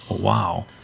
Wow